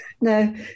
No